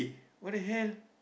what the hell